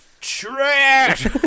trash